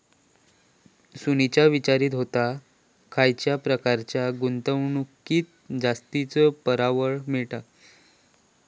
सुनीता विचारीत होता, खयच्या प्रकारच्या गुंतवणुकीत जास्तीचो परतावा मिळता?